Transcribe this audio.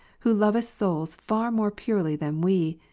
who lovest soids far more purely than we,